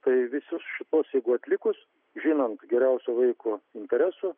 tai visus šitus jeigu atlikus žinant geriausio vaiko interesą